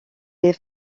des